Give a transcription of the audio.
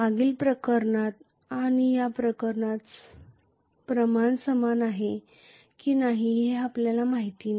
मागील प्रकरणात आणि या प्रकरणात प्रमाण समान आहे की नाही हे आपल्याला माहित नाही